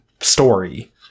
story